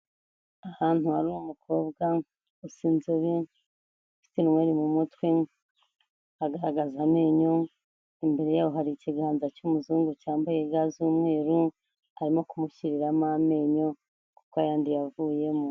Ahantu hari umukobwa usa inzobe, ufite inywere mu mutwe agaragaza amenyo, imbere yaho hari ikiganza cy'umuzungu cyambaye ga z'umweru arimo kumushyiriramo amenyo kuko ayandi yavuyemo.